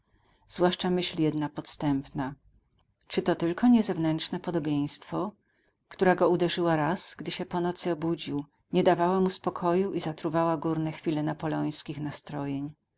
zwłaszcza myśl jedna podstępna czy to tylko nie zewnętrzne podobieństwo która go uderzyła raz gdy się po nocy obudził nie dawała mu spokoju i zatruwała górne chwile napoleońskich nastrojeń